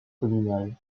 communal